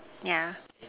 yeah